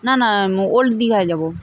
নানা ওল্ড দীঘায় যাব